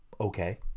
okay